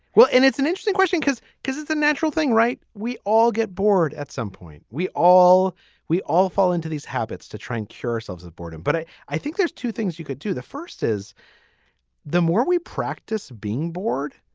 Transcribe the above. well, and it's an interesting question because. because it's a natural thing. right we all get bored at some point. we all we all fall into these habits to try and cure ourselves with boredom. but i i think there's two things you could do. the first is the more we practice being bored,